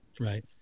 right